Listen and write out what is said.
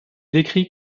décrit